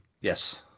Yes